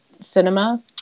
cinema